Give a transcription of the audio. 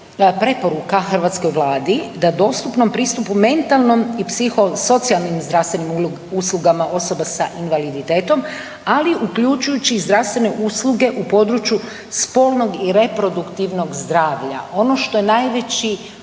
preporuka hrvatskoj Vladi da dostupnom pristupu mentalnom i psihosocijalnim zdravstvenim uslugama osoba sa invaliditetom, ali i uključujući zdravstvene usluge u području spolnog i reproduktivnog zdravlja. Ono što je najveći